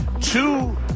two